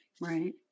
right